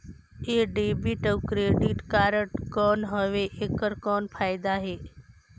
ये डेबिट अउ credit card कौन हवे एकर कौन फाइदा हे?